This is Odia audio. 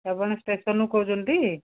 ଆପଣ ଷ୍ଟେସନରୁ କହୁଛନ୍ତି ଟି